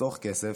לחסוך כסף,